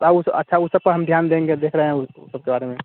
ता ऊ अच्छा उस सबको हम ध्यान देंगे देख रहे हैं ऊ सब के बारे में